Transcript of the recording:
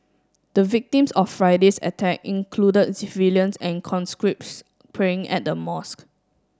the victims of Friday's attack included civilians and conscripts praying at the mosque